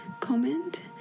comment